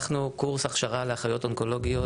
פתחנו קורס הכשרה לאחיות אונקולוגיות,